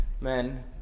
men